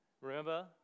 Remember